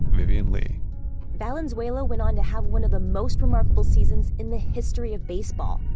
vivian le valenzuela went on to have one of the most remarkable seasons in the history of baseball.